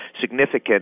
significant